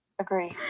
Agree